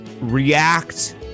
react